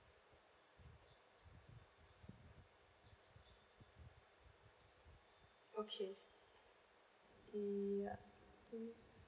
okay mm yeah yes